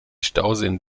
stauseen